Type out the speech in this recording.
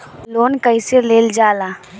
Loan कईसे लेल जाला?